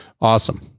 Awesome